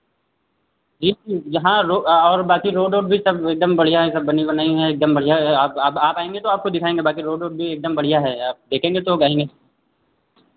जी यहाँ और बाँकी रोड ओड भी सब एकदम बढ़ियाँ है सब बनी बनाई हैं एकदम बढ़ियाँ आप आप आएँगे तो आपको दिखाएँगे बाँकी रोड ओड भी एकदम बढ़ियाँ है आप देखेंगे तो कहेंगे